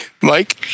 Mike